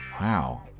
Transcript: Wow